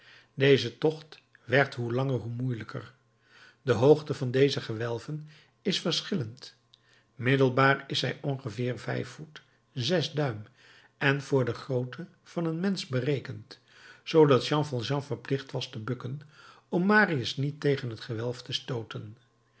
deze tocht werd hoe langer hoe moeielijker de hoogte van deze gewelven is verschillend middelbaar is zij ongeveer vijf voet zes duim en voor de grootte van een mensch berekend zoodat jean valjean verplicht was te bukken om marius niet tegen het gewelf te stooten